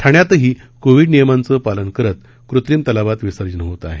ठाण्यातही covid नियमाचं पालन करत कृत्रिम तलावात विसर्जन होत आहे